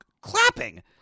clapping